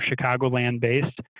Chicagoland-based